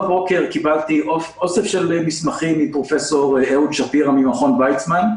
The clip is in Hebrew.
הבוקר קיבלתי אוסף של מסמכים מפרופ' אהוד שפירא ממכון ויצמן,